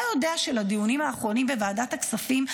אתה יודע שלדיונים האחרונים בוועדת הכספים,